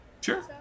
Sure